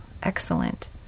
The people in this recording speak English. excellent